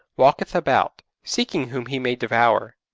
walketh about, seeking whom he may devour.